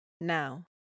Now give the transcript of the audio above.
now